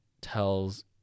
tells